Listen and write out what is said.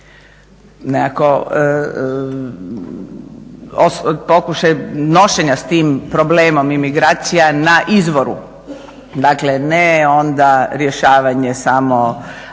nekako nošenja s tim problemom imigracija na izvoru. Dakle ne onda rješavanje samo